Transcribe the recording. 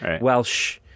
Welsh